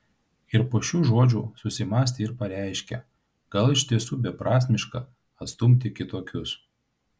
ir po šių žodžių susimąstė ir pareiškė gal iš tiesų beprasmiška atstumti kitokius